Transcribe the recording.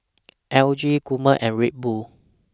L G Gourmet and Red Bull